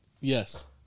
Yes